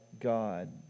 God